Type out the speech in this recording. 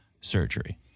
surgery